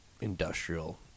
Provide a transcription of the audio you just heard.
industrial